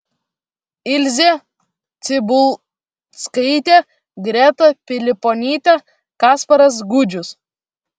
ilzė cibulskaitė greta piliponytė kasparas gudžius